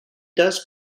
does